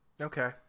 okay